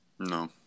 No